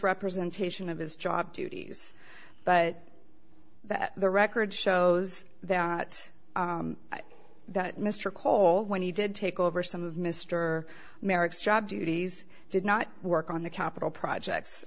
representation of his job duties but that the record shows that that mr cole when he did take over some of mr merrick's job duties did not work on the capital projects